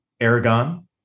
Aragon